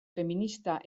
feminista